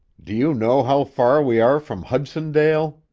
do you know how far we are from hudsondale?